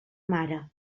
mare